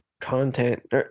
content